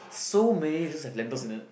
so many just have lentils in it